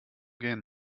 gehen